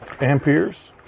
amperes